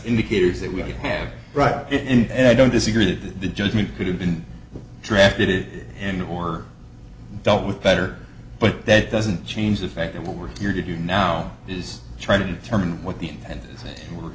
indicators that we have brought up and i don't disagree that the judgment could have been drafted in or dealt with better but that doesn't change the fact that what we're here to do now is try to determine what the and